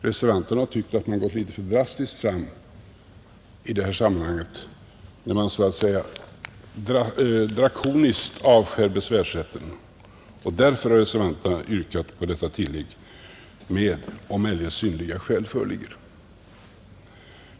Reservanterna har tyckt att man gått litet för drastiskt fram i detta sammanhang när man så drakoniskt avskär besvärsrätten, och därför har reservanterna yrkat på tillägget ”eller om eljest synnerliga skäl föreligger”.